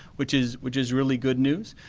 which is which is really good news.